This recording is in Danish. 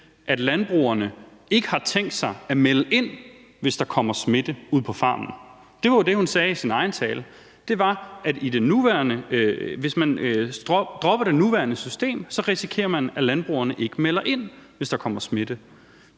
at landbrugerne ikke har tænkt sig at melde ind, hvis der kommer smitte ude på farmen. Det var jo det, hun sagde i sin egen tale, altså at hvis man dropper det nuværende system, risikerer man, at landbrugerne ikke melder ind, hvis der kommer smitte.